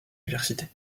diversité